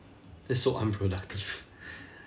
that's so unproductive